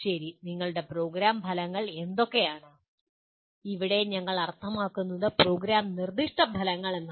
ശരി നിങ്ങളുടെ പ്രോഗ്രാം ഫലങ്ങൾ എന്തൊക്കെയാണ് ഇവിടെ ഞങ്ങൾ അർത്ഥമാക്കുന്നത് പ്രോഗ്രാം നിർദ്ദിഷ്ട ഫലങ്ങൾ എന്നാണ്